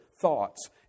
thoughts